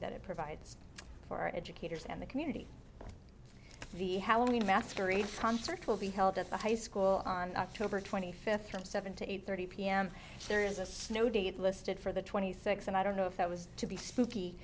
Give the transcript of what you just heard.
that it provides for educators and the community the halloween mastery concert will be held at the high school on october twenty fifth from seven to eight thirty pm there is a snow day it listed for the twenty six and i don't know if it was to be spooky